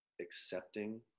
accepting